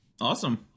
Awesome